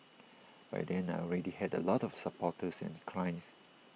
by then I already had A lot of supporters and clients